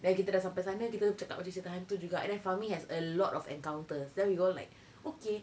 then kita dah sampai sana kita cakap pasal cerita hantu juga and then fahmi has a lot of encounters then we go like okay